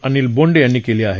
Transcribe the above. अनिल बोंडे यांनी केली आहे